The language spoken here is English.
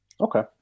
Okay